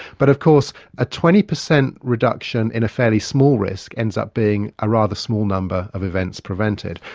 but of course a twenty percent reduction in a fairly small risk ends up being a rather small number of events prevented.